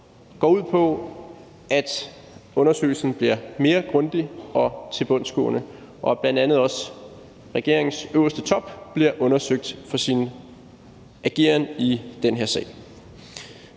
går ud på, at undersøgelsen bliver mere grundig og tilbundsgående, og at bl.a. regeringens øverste top bliver undersøgt for sin ageren i den her sag.